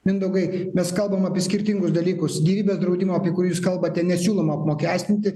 mindaugai mes kalbam apie skirtingus dalykus gyvybės draudimo apie kurį jūs kalbate nesiūloma apmokestinti